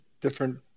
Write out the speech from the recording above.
different